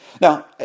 Now